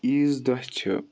عیٖز دۄہ چھِ